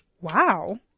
Wow